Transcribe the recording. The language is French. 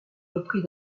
repris